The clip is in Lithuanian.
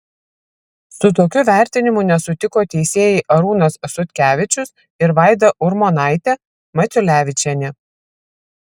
su tokiu vertinimu nesutiko teisėjai arūnas sutkevičius ir vaida urmonaitė maculevičienė